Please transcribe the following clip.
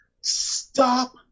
Stop